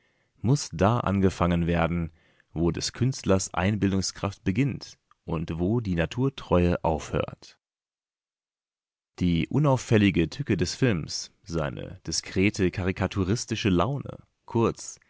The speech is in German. muß da angefangen werden wo des künstlers einbildungskraft beginnt und wo die naturtreue aufhört die unauffällige tücke des films seine diskrete karikaturistische laune kurz